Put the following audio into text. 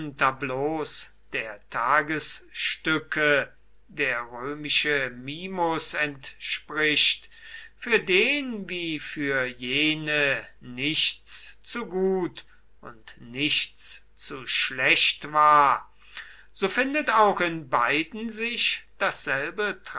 tableaus der tagesstücke der römische mimus entspricht für den wie für jene nichts zu gut und nichts zu schlecht war so findet auch in beiden sich dasselbe